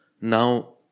now